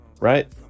right